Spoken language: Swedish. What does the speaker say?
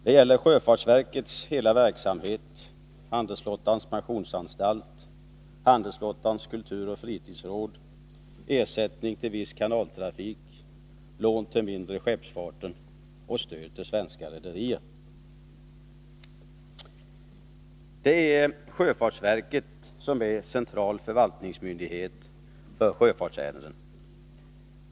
Det gäller sjöfartsverkets hela verksamhet, handelsflottans pensionsanstalt, handelsflottans kulturoch fritidsråd, ersättning till viss kanaltrafik, lån till den mindre skeppsfarten och stöd till svenska rederier. Det är sjöfartsverket som är central förvaltningsmyndighet för sjöfartsärenden.